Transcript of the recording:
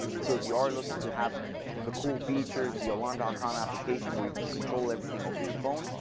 so if you are looking to have the cool features, the alarm dot com application where you can control everything over your phone,